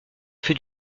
fait